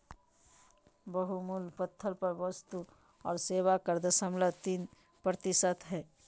बहुमूल्य पत्थर पर वस्तु और सेवा कर दशमलव तीन प्रतिशत हय